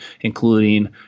including